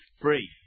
free